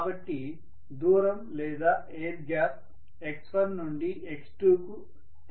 కాబట్టి దూరం లేదా ఎయిర్ గ్యాప్ x1 నుండి x2 కు తగ్గే విధంగా మూమెంట్ జరిగింది